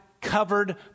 covered